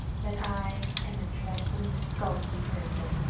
that i am a dreadfully sulky person.